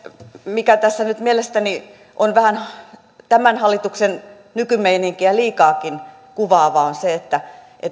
mikä tässä nyt mielestäni on vähän tämän hallituksen nykymeininkiä liikaakin kuvaavaa on se että